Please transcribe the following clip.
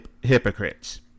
hypocrites